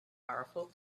powerful